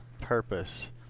purpose